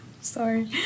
Sorry